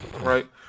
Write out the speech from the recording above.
right